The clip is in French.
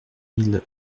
mille